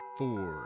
four